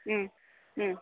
ಹ್ಞೂ ಹ್ಞೂ